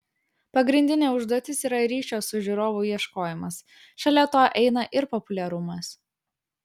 pagrindinė užduotis yra ryšio su žiūrovu ieškojimas šalia to eina ir populiarumas